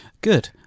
Good